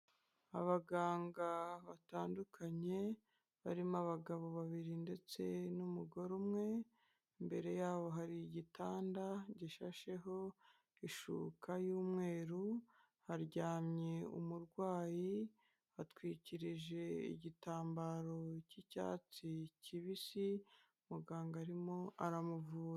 Abaganga batandukanye barimo abagabo babiri ndetse n'umugore umwe mbere yabo hari igitanda gishasheho ishuka y'umweru, haryamye umurwayi atwikirije igitambaro cy'icyatsi kibisi muganga arimo aramuvura.